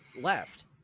left